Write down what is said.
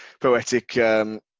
poetic